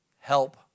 help